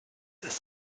ist